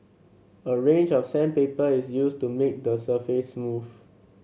a range of sandpaper is used to make the surface smooth